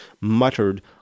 muttered